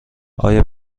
آیا